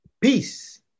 Peace